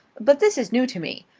but this is new to me.